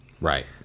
Right